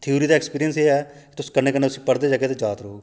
theory दा experience एह् ऐ तुस कन्नै कन्नै उसी पढदे जाह्गे तां याद रौह्ग